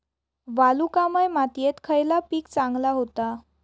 वालुकामय मातयेत खयला पीक चांगला होता?